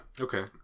Okay